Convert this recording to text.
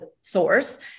source